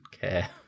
care